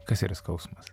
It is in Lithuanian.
kas yra skausmas